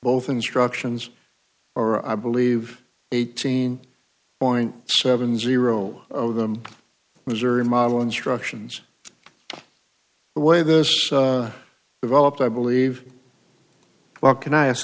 both instructions or i believe eighteen point seven of them missouri model instructions the way this developed i believe well can i ask